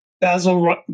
Basil